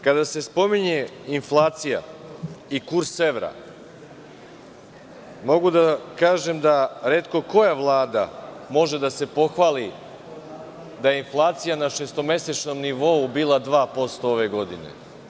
Kada se spominje inflacija i kurs evra, mogu da kažem da retko koja vlada može da se pohvali da inflacija na šestomesečnom nivou bila 2% ove godine.